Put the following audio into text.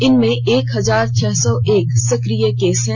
इनमें एक हजार छह सौ एक सक्रिय केस हैं